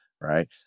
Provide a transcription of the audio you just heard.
right